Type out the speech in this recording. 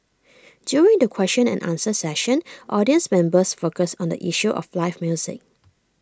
during the question and answer session audience members focused on the issue of live music